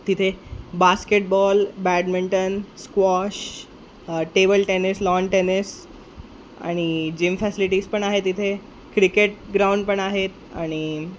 तिथे basketball badminton squash table tennis lawn tennis आणि gym facilities पण आहेत तिथे क्रिकेट ग्राउंड पण आहेत आणि